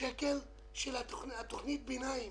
השקלים של תוכנית הביניים